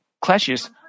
clashes